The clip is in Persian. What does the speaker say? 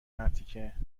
مرتیکه